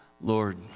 Lord